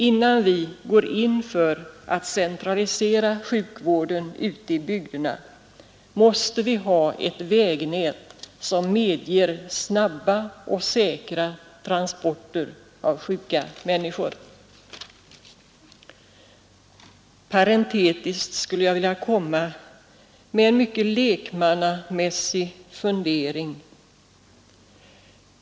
Innan vi går in för att centralisera sjukvården ute i bygderna måste vi ha ett vägnät som medger snabba och säkra transporter av sjuka människor. Parentetiskt skulle jag vilja komma med en mycket lekmannamässig fundering.